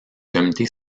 comité